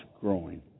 growing